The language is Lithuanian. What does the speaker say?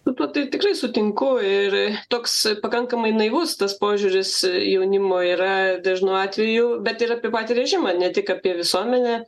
su tuo tai tikrai sutinku ir toks pakankamai naivus tas požiūris jaunimo yra dažnu atveju bet ir apie patį režimą ne tik apie visuomenę